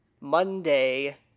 Monday